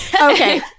Okay